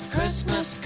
Christmas